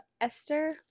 Esther